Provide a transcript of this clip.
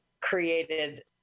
created